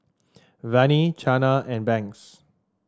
Vannie Chana and Banks